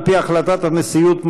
על פי החלטת הנשיאות,